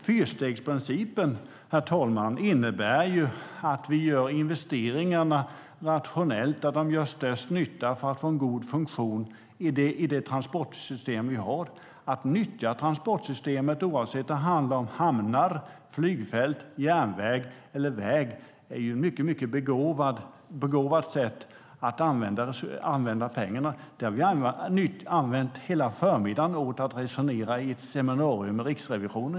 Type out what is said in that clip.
Fyrstegsprincipen, herr talman, innebär ju att vi gör investeringarna nationellt där de gör störst nytta för att få en god funktion i det transportsystem vi har. Att nyttja transportsystemet, oavsett om det handlar om hamnar, flygfält, järnväg eller väg, är ett mycket begåvat sätt att använda pengarna. Det har vi använt hela förmiddagen i dag åt att resonera om i ett seminarium med Riksrevisionen.